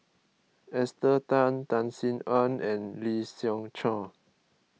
Esther Tan Tan Sin Aun and Lee Siew Choh